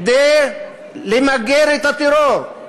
כדי למגר את טרור,